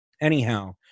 Anyhow